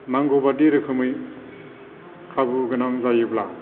नांगौ बादि रोखोमै खाबु गोनां जायोब्ला